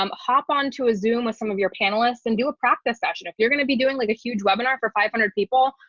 um hop on to a zoom with some of your panelists and do a practice session if you're going to be doing like a huge webinar for five hundred people.